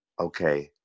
Okay